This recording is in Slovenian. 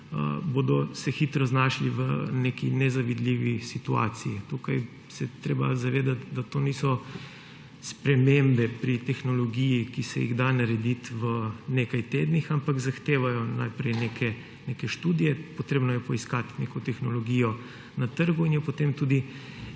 bodo hitro znašli v neki nezavidljivi situaciji. Tukaj se je treba zavedati, da to niso spremembe pri tehnologiji, ki se jih da narediti v nekaj tednih, ampak zahtevajo najprej neke študije, potrebno je poiskati neko tehnologijo na trgu in jo potem tudi